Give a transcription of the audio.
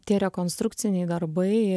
tie rekonstrukciniai darbai